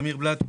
טמיר בלאט,